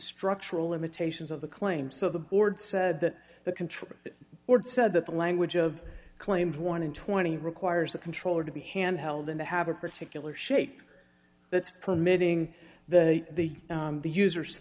structural limitations of the claim so the board said that the control board said that the language of claimed one in twenty requires a controller to be hand held in to have a particular shape that's permitting the the the user's